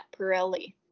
Pirelli